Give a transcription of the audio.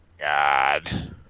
God